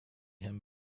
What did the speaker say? him